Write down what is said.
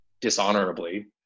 dishonorably